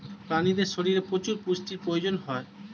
প্রাণীদের শরীরে প্রচুর পুষ্টির প্রয়োজন হয়